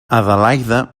adelaida